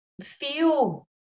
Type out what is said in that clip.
feel